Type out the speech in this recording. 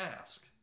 ask